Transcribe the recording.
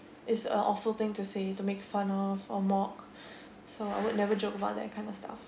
is a awful thing to say to make fun of or mock so I would never joke about that kind of stuff